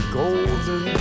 golden